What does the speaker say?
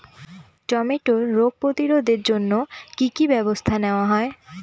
টমেটোর রোগ প্রতিরোধে জন্য কি কী ব্যবস্থা নেওয়া হয়?